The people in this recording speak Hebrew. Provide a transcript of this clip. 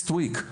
next week,